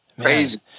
crazy